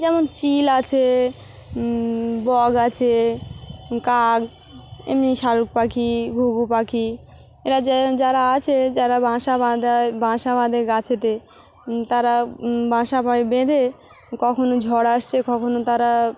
যেমন চিল আছে বক আছে কাক এমনি শালিক পাখি ঘুঘু পাখি এরা যে যারা আছে যারা বাসা বাঁধায় বাসা বাঁধে গাছেতে তারা বাসা ওই বেঁধে কখনও ঝড় আসছে কখনও তারা